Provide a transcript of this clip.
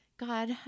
God